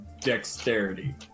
dexterity